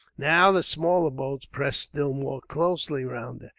now the smaller boats pressed still more closely round